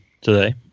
today